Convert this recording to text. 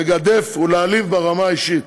לגדף ולהעליב ברמה האישית.